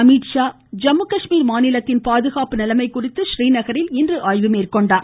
அமீத்ஷா ஜம்மு காஷ்மீர் மாநிலத்தில் பாதுகாப்பு நிலைமை குறித்து ஸ்ரீநகரில் இன்று ஆய்வு மேற்கொண்டார்